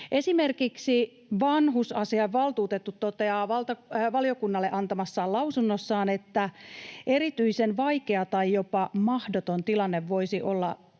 Esimerkiksi vanhusasiainvaltuutettu toteaa valiokunnalle antamassaan lausunnossa, että erityisen vaikea tai jopa mahdoton tilanne voisi olla